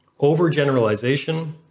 overgeneralization